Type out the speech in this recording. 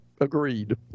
Agreed